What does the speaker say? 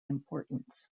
importance